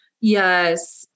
Yes